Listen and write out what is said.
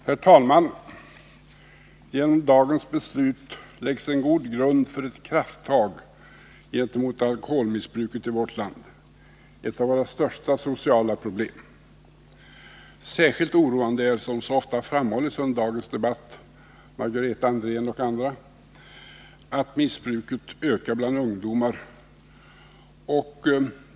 Herr talman! Genom dagens beslut läggs en god grund för ett krafttag gentemot alkoholmissbruket i vårt land, ett av våra största sociala problem. Särskilt oroande är, som så ofta framhållits under dagens debatt, av Margareta Andrén och andra, att missbruket ökar bland ungdomar.